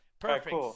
perfect